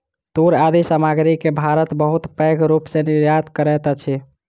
तूर आदि सामग्री के भारत बहुत पैघ रूप सॅ निर्यात करैत अछि